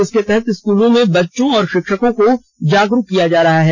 इसके तहत स्कूलों में बच्चों और शिक्षकों को जागरूक किया जा रहा है